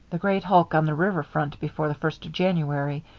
the great hulk on the river front before the first of january,